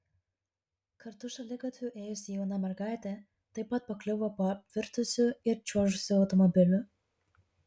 kartu šaligatviu ėjusi jauna mergaitė taip pat pakliuvo po apvirtusiu ir čiuožusiu automobiliu